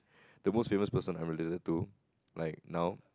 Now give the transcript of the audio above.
the most famous person I related to like now